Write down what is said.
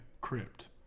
crypt